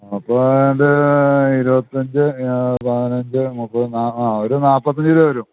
അപ്പോൾ അതിൻ്റെ ഇരുപത്തി അഞ്ച് പതിനഞ്ച് മുപ്പതും നാ ഒരു നാൽപത്തി അഞ്ച് രൂപ വരും